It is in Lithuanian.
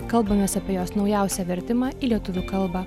kalbamės apie jos naujausią vertimą į lietuvių kalbą